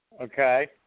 Okay